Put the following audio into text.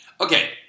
Okay